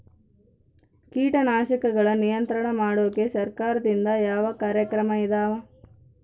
ಕೇಟನಾಶಕಗಳ ನಿಯಂತ್ರಣ ಮಾಡೋಕೆ ಸರಕಾರದಿಂದ ಯಾವ ಕಾರ್ಯಕ್ರಮ ಇದಾವ?